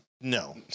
No